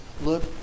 Look